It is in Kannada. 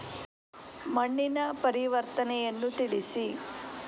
ಮಣ್ಣಿನ ಪರಿವರ್ತನೆಯನ್ನು ತಿಳಿಸಿ?